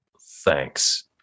Thanks